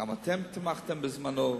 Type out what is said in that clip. גם אתם תמכתם בזמנכם.